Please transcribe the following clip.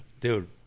Dude